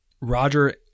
Roger